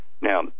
Now